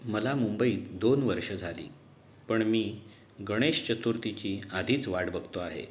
मला मुंबईत दोन वर्षं झाली पण मी गणेश चतुर्थीची आधीच वाट बघतो आहे